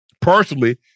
personally